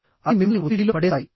అవి మిమ్మల్ని ఒత్తిడిలో పడేస్తాయి